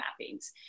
mappings